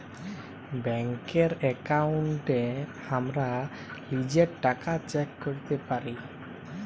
ব্যাংকের একাউন্টে হামরা লিজের টাকা চেক ক্যরতে পারি